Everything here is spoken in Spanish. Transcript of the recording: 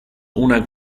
una